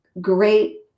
great